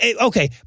okay